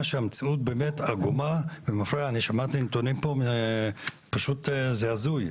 שהמציאות באמת עגומה ומאחוריה אני שמעתי נתונים פה פשוט זה הזוי.